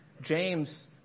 James